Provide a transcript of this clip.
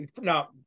Now